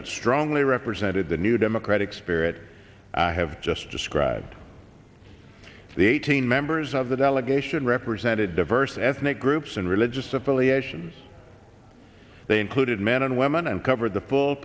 that strongly represented the new democratic spirit i have just described the eighteen members of the delegation represented diverse ethnic groups and religious affiliations they included men and women and covered the full